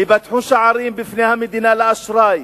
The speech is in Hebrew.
ייפתחו שערים בפני המדינה לאשראי